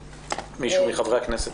סער וחברת הכנסת